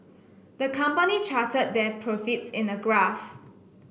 the company charted their profits in a graph